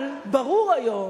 אבל ברור היום